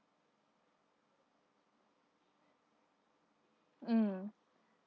mm